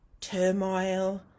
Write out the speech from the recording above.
turmoil